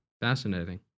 Fascinating